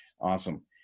awesome